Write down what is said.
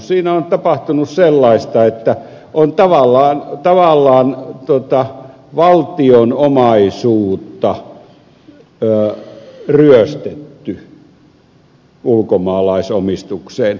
siinä on tapahtunut sellaista että on tavallaan valtion omaisuutta ryöstetty ulkomaalaisomistukseen